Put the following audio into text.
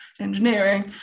engineering